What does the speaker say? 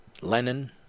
Lenin